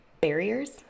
barriers